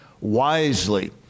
wisely